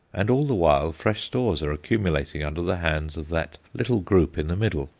and all the while fresh stores are accumulating under the hands of that little group in the middle,